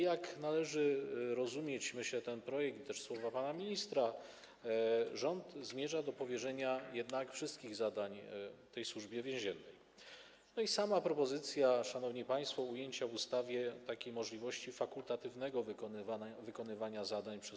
Jak należy rozumieć - myślę - ten projekt i słowa pana ministra, rząd zmierza jednak do powierzenia wszystkich zadań Służbie Więziennej, no i sama propozycja, szanowni państwo, ujęcia w ustawie takiej możliwości fakultatywnego wykonywania zadań przez